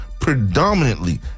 predominantly